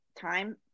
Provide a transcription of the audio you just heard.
time